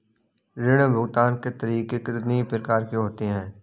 ऋण भुगतान के तरीके कितनी प्रकार के होते हैं?